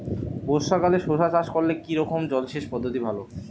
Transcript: বর্ষাকালে শশা চাষ করলে কি রকম জলসেচ পদ্ধতি ভালো?